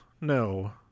no